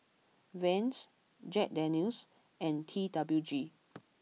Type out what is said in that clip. Vans Jack Daniel's and T W G